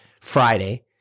Friday